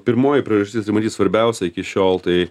pirmoji priežastis tai matyt svarbiausia iki šiol tai